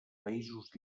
països